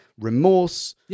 remorse